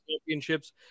Championships